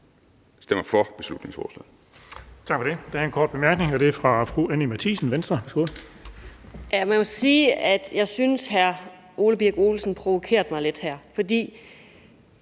stemmer for beslutningsforslaget.